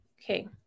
Okay